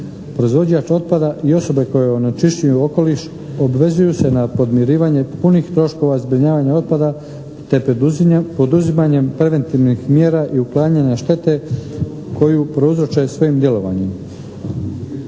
Proizvođač otpada i osobe koje onečišćuju okoliš obvezuju se na podmirivanje punih troškova zbrinjavanja otpada te poduzimanjem preventivnih mjera i uklanjanja štete koju prouzroče svojim djelovanjem.